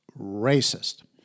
racist